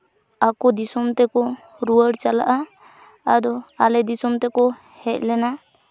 ᱟᱠᱚ ᱫᱤᱥᱚᱢ ᱛᱮᱠᱚ ᱨᱩᱣᱟᱹᱲ ᱪᱟᱞᱟᱜᱼᱟ ᱟᱫᱚ ᱟᱞᱮ ᱫᱤᱥᱚᱢ ᱛᱮᱠᱚ ᱦᱮᱡ ᱞᱮᱱᱟ